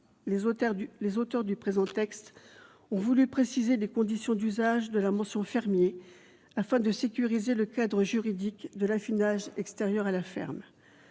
Les auteurs du présent texte ont voulu préciser les conditions d'usage de la mention « fermier », afin de sécuriser le cadre juridique de l'affinage extérieur à la ferme.